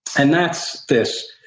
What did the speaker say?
and that's this